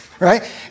Right